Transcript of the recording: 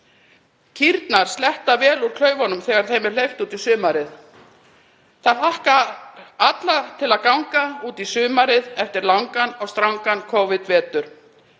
Kýrnar sletta vel úr klaufunum þegar þeim er hleypt út í sumarið. Það hlakka allir til að ganga út í sumarið eftir langan og strangan Covid-vetur